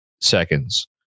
seconds